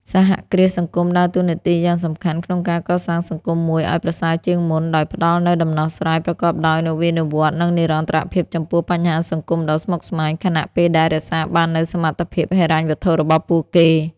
សហគ្រាសសង្គមដើរតួនាទីយ៉ាងសំខាន់ក្នុងការកសាងសង្គមមួយឲ្យប្រសើរជាងមុន ដោយផ្តល់នូវដំណោះស្រាយប្រកបដោយនវានុវត្តន៍ និងនិរន្តរភាពចំពោះបញ្ហាសង្គមដ៏ស្មុគស្មាញ ខណៈពេលដែលរក្សាបាននូវសមត្ថភាពហិរញ្ញវត្ថុរបស់ពួកគេ។